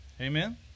Amen